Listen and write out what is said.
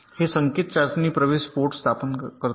हे संकेत चाचणी प्रवेश पोर्ट स्थापन करतात